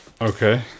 Okay